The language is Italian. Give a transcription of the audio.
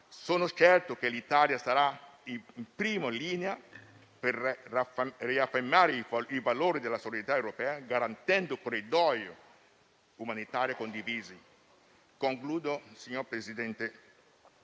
Sono certo che l'Italia sarà in prima linea per riaffermare i valori della solidarietà europea, garantendo corridoi umanitari condivisi. Concludo, signor Presidente,